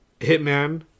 Hitman